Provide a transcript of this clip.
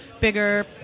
bigger